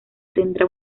tendrá